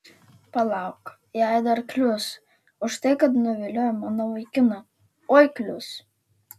palauk jai dar klius už tai kad nuviliojo mano vaikiną oi klius